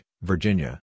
Virginia